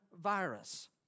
virus